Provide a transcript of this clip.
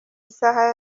isaha